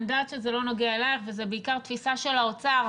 אני יודעת שזה לא נוגע אליך וזה בעיקר תפיסה של האוצר,